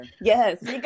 Yes